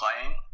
playing